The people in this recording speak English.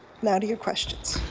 now to your questions.